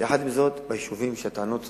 עם זאת, ביישובים שהטענות צודקות,